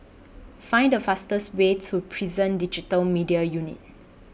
Find The fastest Way to Prison Digital Media Unit